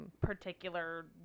particular